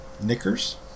Knickers